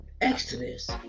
Exodus